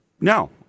No